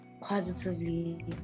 positively